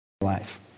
life